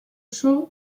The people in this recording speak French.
chauve